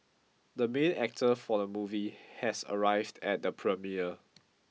the main actor for the movie has arrived at the premiere